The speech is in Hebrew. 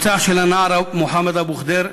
הרוצח של הנער מוחמד אבו ח'דיר,